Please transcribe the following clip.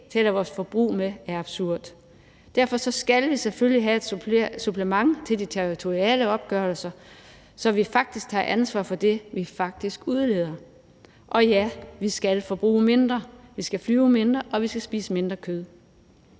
tæller vores forbrug med, er absurd. Derfor skal vi selvfølgelig have et supplement til de territoriale opgørelser, så vi faktisk tager ansvar for det, vi faktisk udleder. Og ja, vi skal forbruge mindre, vi skal flyve mindre, og vi skal spise mindre kød.